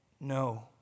No